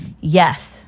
yes